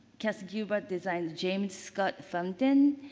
cass gilbert designs james scott fountain,